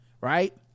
Right